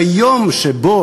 ביום שבו,